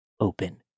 open